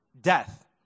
death